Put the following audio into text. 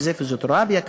פיזיותרפיה,